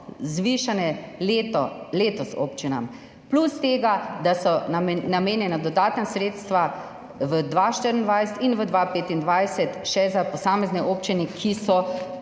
zvišane letos, plus tega, da so namenjena dodatna sredstva v 2024 in v 2025 še za posamezne občine, ki so